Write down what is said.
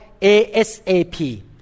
ASAP